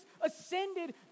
ascended